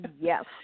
Yes